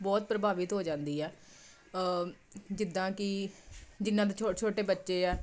ਬਹੁਤ ਪ੍ਰਭਾਵਿਤ ਹੋ ਜਾਂਦੀ ਆ ਜਿੱਦਾਂ ਕਿ ਜਿਹਨਾਂ ਦੇ ਛੋਟੇ ਛੋਟੇ ਬੱਚੇ ਆ